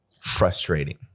frustrating